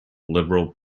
liberal